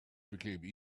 became